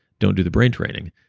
don't do the brain training.